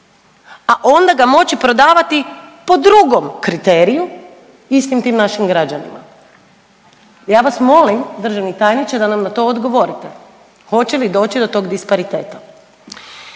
a onda ga moći prodavati po drugom kriteriju istim tim našim građanima. Ja vas molim državni tajniče da nam na to odgovorite hoće li doći do tog dispariteta.